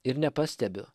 ir nepastebiu